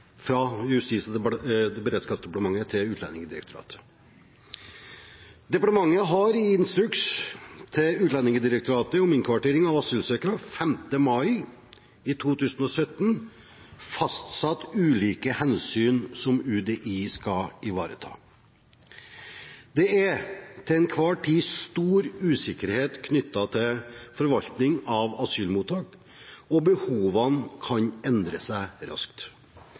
fra Justis- og beredskapsdepartementet til Utlendingsdirektoratet. Departementet har i instruks til Utlendingsdirektoratet om innkvartering av asylsøkere 5. mai 2017 fastsatt ulike hensyn som UDI skal ivareta. Det er til enhver tid stor usikkerhet knyttet til forvaltning av asylmottak, og behovene kan endre seg raskt.